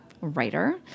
writer